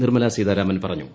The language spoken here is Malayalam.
നിർമ്മലാ സീതാരാമൻ പറഞ്ഞു